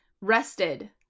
Rested